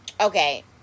Okay